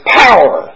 power